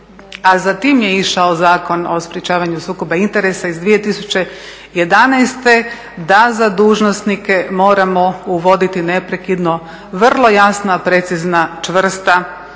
a za tim je išao Zakon o sprečavanju sukoba interesa iz 2011., da za dužnosnike moramo uvoditi neprekidno vrlo jasna, precizna, čvrsta